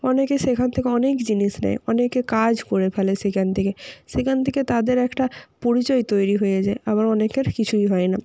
অনেকে সেখান থেকে অনেক জিনিস নেয় অনেকে কাজ করে ফেলে সেখান থেকে সেখান থেকে তাদের একটা পরিচয় তৈরি হয়ে যায় আবার অনেকের কিছুই হয় না